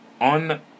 On